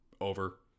Over